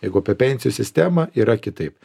jeigu apie pensijų sistemą yra kitaip